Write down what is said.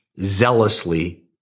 zealously